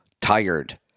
tired